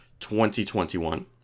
2021